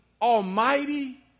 Almighty